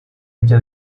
dicha